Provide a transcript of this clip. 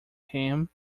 him